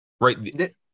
right